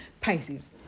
Pisces